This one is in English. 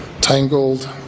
tangled